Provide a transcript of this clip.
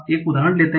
एक उदाहरण लेते हैं